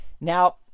Now